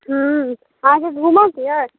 हूँ अहाँके घूमऽके अइ